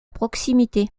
proximité